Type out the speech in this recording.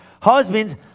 Husbands